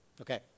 Okay